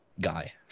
guy